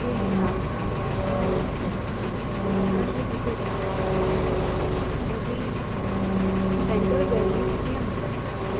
जे हिसाब सां कपिड़ा जेको कपिड़नि जो जेको व्यापार आहे उन जी सैंट्रल गौरमेंट कीअं मदद कंदी